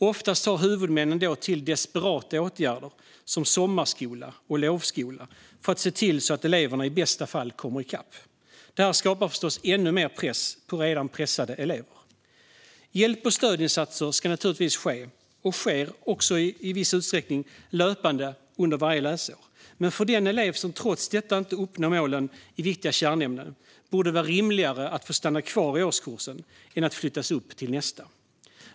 Oftast tar huvudmännen då till desperata åtgärder som sommarskola och lovskola för att se till att eleverna i bästa fall kommer i kapp. Det här skapar förstås ännu mer press på redan pressade elever. Hjälp och stödinsatser ska naturligtvis ske, och sker också i viss utsträckning, löpande under varje läsår, men för den elev som trots detta inte uppnår målen i viktiga kärnämnen borde det vara rimligare att få stanna kvar i årskursen än att flyttas upp till nästa.